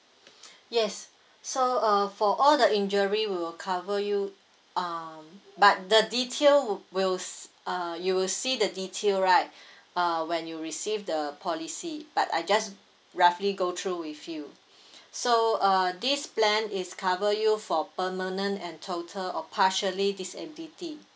yes so uh for all the injury will cover you um but the detail would will uh you will see the detail right uh when you receive the policy but I just roughly go through with you so uh this plan is cover you for permanent and total or partially disability